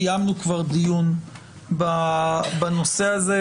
כבר קיימנו דיון בנושא הזה,